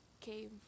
Came